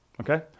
okay